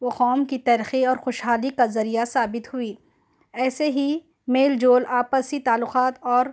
وہ قوم کی ترقی اور خوش حالی کا ذریعہ ثابت ہوئی ایسے ہی میل جول آپسی تعلوقات اور